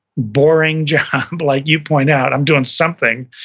boring job like you point out, i'm doing something,